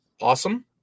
awesome